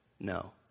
No